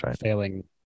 failing